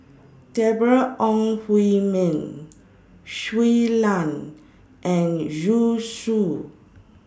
Deborah Ong Hui Min Shui Lan and Zhu Xu